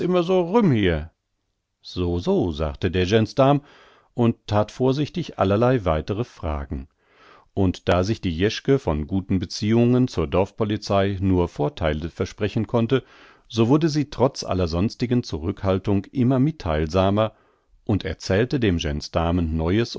so so sagte der gensdarm und that vorsichtig allerlei weitere fragen und da sich die jeschke von guten beziehungen zur dorfpolizei nur vortheile versprechen konnte so wurde sie trotz aller sonstigen zurückhaltung immer mittheilsamer und erzählte dem gensdarmen neues